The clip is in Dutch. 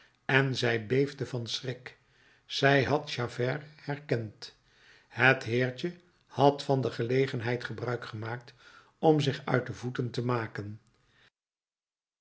en zij beefde van schrik zij had javert herkend het heertje had van deze gelegenheid gebruik gemaakt om zich uit de voeten te maken